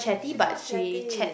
she's not chatty